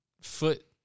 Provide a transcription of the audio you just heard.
foot